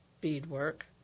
beadwork